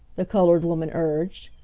the colored woman urged.